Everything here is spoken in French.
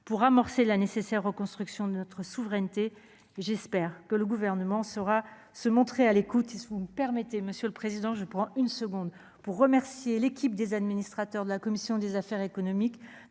pour amorcer la nécessaire reconstruction de notre souveraineté, j'espère que le gouvernement saura se montrer à l'écoute, il se vous permettez, monsieur le Président, je prends une seconde pour remercier l'équipe des administrateurs de la commission des affaires économiques